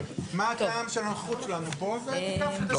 הישיבה ננעלה בשעה 12:11.